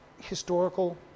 historical